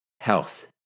Health